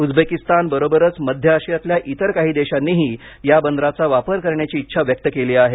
Uzbekistan बरोबरच मध्य आशियातल्या इतर काही देशांनीही या बंदराचा वापर करण्याची इच्छा व्यक्त केली आहे